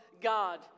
God